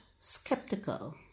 skeptical